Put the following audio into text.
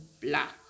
Black